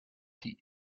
tea